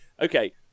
okay